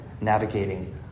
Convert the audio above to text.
navigating